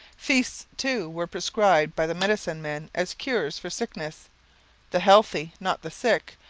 feasts, too, were prescribed by the medicine-men as cures for sickness the healthy, not the sick,